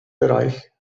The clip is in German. bereich